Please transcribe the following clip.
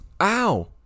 Ow